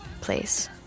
place